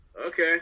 Okay